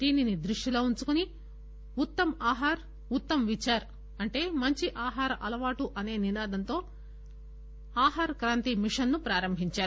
దీనిని దృష్షిలో ఉంచుకుని ఉత్తమ్ ఆహార్ ఉత్తమ్ విచార్ అంటే మంచి ఆహార అలవాటు అసే నినాదంతో ఆహార్ క్రాంతి మిషన్ ను ప్రారంభించారు